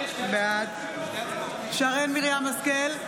בעד שרן מרים השכל,